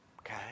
Okay